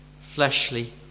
fleshly